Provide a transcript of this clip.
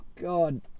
God